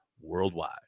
worldwide